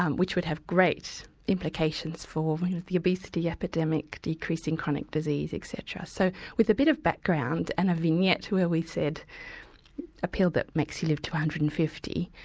um which would have great implications for the obesity epidemic, decreasing chronic disease etc. so with a bit of background and a vignette where we said a pill that makes you live to one hundred and fifty,